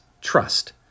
trust